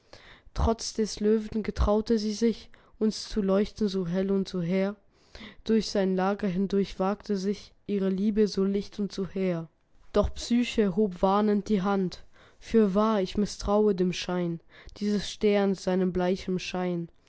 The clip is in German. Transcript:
trotz des löwen getraute sie sich uns zu leuchten so hell und so hehr durch sein lager hindurch wagte sich ihre liebe so licht und so hehr doch psyche hob warnend die hand fürwahr ich mißtraue dem schein dieses sterns seinem bleichen schein